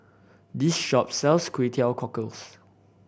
this shop sells Kway Teow Cockles